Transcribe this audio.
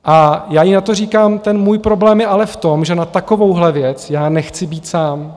A já na to říkám: Ten můj problém je ale v tom, že na takovouhle věc já nechci být sám.